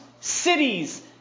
cities